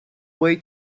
way